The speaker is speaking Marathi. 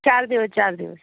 चार दिवस चार दिवस